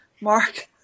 Mark